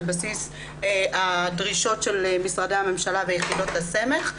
בסיס הדרישות של משרדי הממשלה ויחידות הסמך,